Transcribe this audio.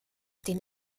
den